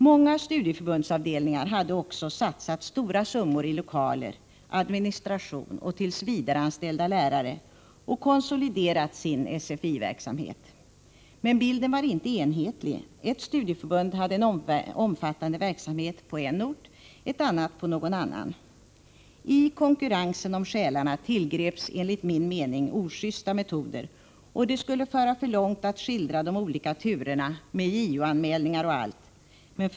Många studieförbundsavdelningar hade också satsat stora summor i lokaler, administration och tillsvidareanställda lärare, och de hade även konsoliderat sin SFI-verksamhet. Men bilden var inte enhetlig. Ett studieförbund hade en omfattande verksamhet på en ort, ett annat på någon annan ort. I konkurrensen om själarna tillgreps enligt min mening ojusta metoder. Det skulle föra alltför långt att skildra de olika turerna, med JO-anmälningar och allt vad det nu är.